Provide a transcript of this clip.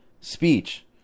speech